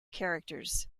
characters